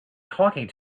talking